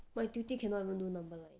why do you think cannot even do number line